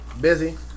Busy